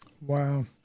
Wow